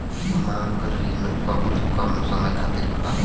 मांग रिन बहुत कम समय खातिर होला